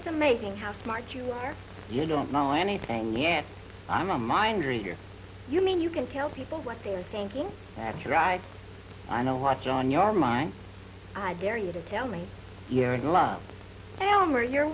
it's amazing how smart you are you don't know anything yet i'm a mind reader you mean you can tell people what they're thinking that you're right i know what john you are mine i dare you to tell me you're in love i am where you